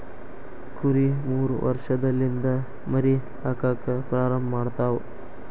ಕುರಿ ಮೂರ ವರ್ಷಲಿಂದ ಮರಿ ಹಾಕಾಕ ಪ್ರಾರಂಭ ಮಾಡತಾವ